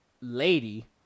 lady